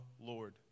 Lord